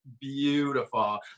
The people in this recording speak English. beautiful